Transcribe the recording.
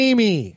Amy